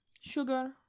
sugar